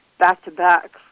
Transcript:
back-to-back